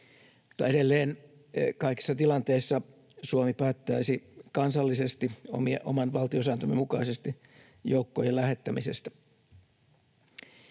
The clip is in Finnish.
edelleen kaikissa tilanteissa Suomi päättäisi kansallisesti, oman valtiosääntömme mukaisesti, joukkojen lähettämisestä.